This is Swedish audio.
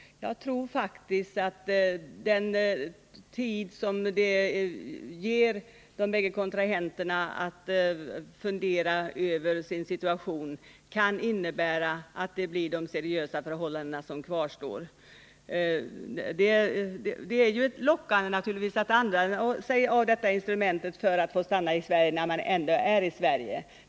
Jagtror faktiskt att den tid detta ger de båda kontrahenterna att fundera över sin situation kan innebära att det bara blir de seriösa förhållandena som kvarstår. Det är naturligtvis lockande att använda sig av detta instrument för att få stanna i Sverige när man ändå är här.